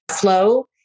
flow